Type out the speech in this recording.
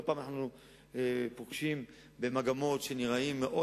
לא פעם אנחנו פוגשים במגמות שנראות מאוד